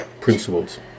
principles